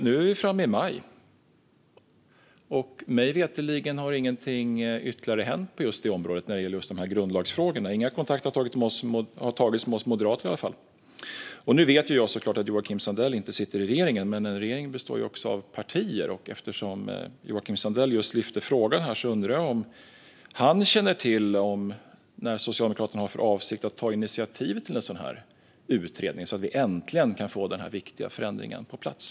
Nu är vi framme i maj, och mig veterligen har ingenting ytterligare hänt när det gäller just dessa grundlagsfrågor. Inga kontakter har i alla fall tagits med oss moderater. Nu vet jag såklart att Joakim Sandell inte sitter i regeringen, men en regering består ju också av partier. Eftersom Joakim Sandell tog upp frågan undrar jag om han känner till när Socialdemokraterna har för avsikt att ta initiativ till en sådan här utredning, så att vi äntligen kan få denna viktiga förändring på plats.